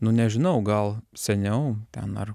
nu nežinau gal seniau ten ar